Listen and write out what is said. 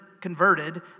converted